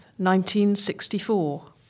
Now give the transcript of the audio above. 1964